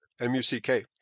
M-U-C-K